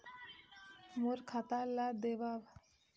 मोर खाता ला देवाव?